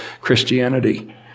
Christianity